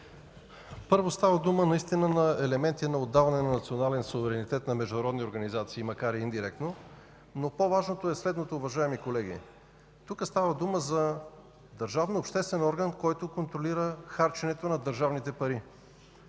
Първо, става дума за елементи на отдаване на национален суверенитет на международни организации, макар и индиректно. По-важно е следното. Тук става дума за държавно-обществен орган, който контролира харченето на държавните пари.